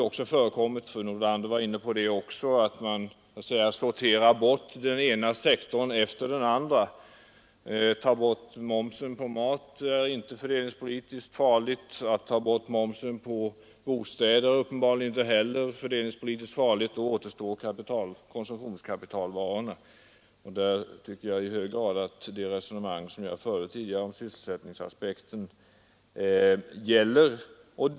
Vidare förekommer det — fru Nordlander var inne på det också — att 131 man så att säga sorterar bort den ena sektorn efter den andra. Att ta bort momsen på mat är inte fördelningspolitiskt farligt, att ta bort momsen på bostäder är uppenbarligen inte heller fördelningspolitiskt farligt och då återstår konsumtionskapitalvarorna. Där tycker jag att det resonemang som jag förde tidigare om sysselsättningsaspekten i hög grad gäller.